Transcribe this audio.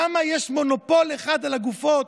למה יש מונופול אחד על הגופות